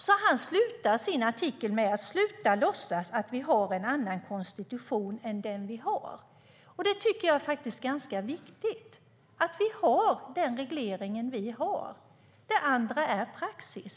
Artikeln avslutas med: "Men sluta låtsas att vi har en annan konstitution än den vi har." Jag tycker att det är ganska viktigt att vi har den reglering vi har. Det andra är praxis.